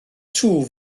twf